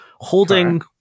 holding